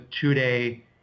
two-day